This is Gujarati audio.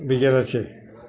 બિજોરા છે